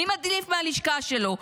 מי מדליף מהלשכה שלו?